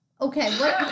Okay